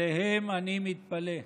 עליהם אני מתפלא.